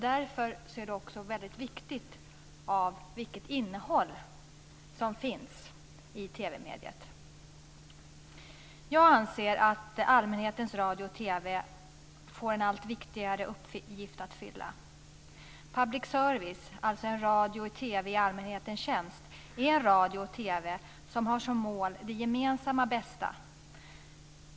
Därför är det viktigt vilket innehåll som finns i TV-mediet. Jag anser att allmänhetens radio och TV får en allt viktigare uppgift att fylla. Public service - alltså en radio och TV i allmänhetens tjänst - har det gemensammas bästa som mål.